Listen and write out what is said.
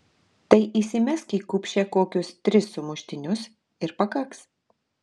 tai įsimesk į kupšę kokius tris sumuštinius ir pakaks